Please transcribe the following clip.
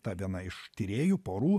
ta viena iš tyrėjų porų